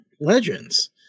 Legends